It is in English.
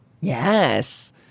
Yes